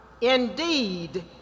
Indeed